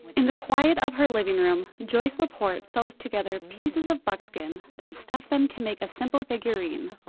in the quiet of her living room, joyce laporte sews together pieces of buckskin, then stuffs them to make a simple figurine.